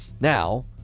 Now